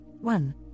one